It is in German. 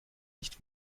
nicht